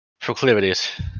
proclivities